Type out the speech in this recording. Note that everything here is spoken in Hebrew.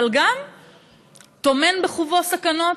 אבל גם טומן בחובו סכנות.